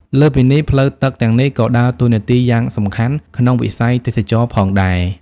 លើសពីនេះ ផ្លូវទឹកទាំងនេះក៏ដើរតួនាទីយ៉ាងសំខាន់ក្នុងវិស័យទេសចរណ៍ផងដែរ។